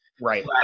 Right